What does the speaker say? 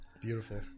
Beautiful